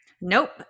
Nope